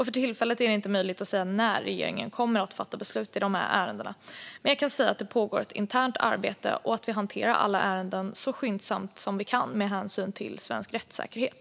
För tillfället är det inte möjligt att säga när regeringen kommer att fatta beslut i ärendena, men jag kan säga att det pågår ett internt arbete och att vi hanterar alla ärenden så skyndsamt vi kan med hänsyn till svensk rättssäkerhet.